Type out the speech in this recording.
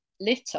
Litter